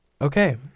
Okay